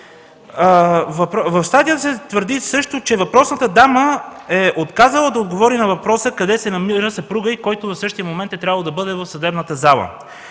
В статията се твърди също, че въпросната дама е отказала да отговори на въпроса къде се намира съпругът й, който в същия момент е трябвало да бъде в съдебната зала.